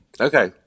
Okay